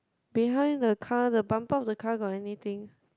behind the car the bumper of the car got anything